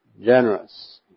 Generous